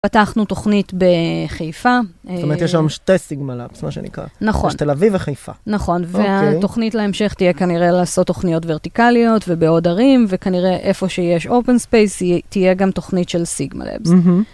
פתחנו תוכנית בחיפה. זאת אומרת, יש שם שתי Sigma Labs, מה שנקרא? נכון. יש תל אביב וחיפה. נכון, והתוכנית להמשך תהיה כנראה לעשות תוכניות ורטיקליות ובעוד ערים, וכנראה איפה שיש Open Space תהיה גם תוכנית של Sigma Labs.